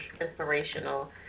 inspirational